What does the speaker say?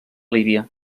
líbia